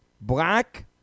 Black